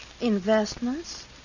investments